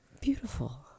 Beautiful